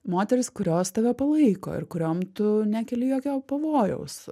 moterys kurios tave palaiko ir kuriom tu nekeli jokio pavojaus